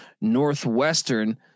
Northwestern